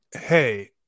hey